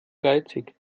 geizig